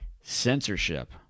censorship